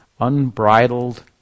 unbridled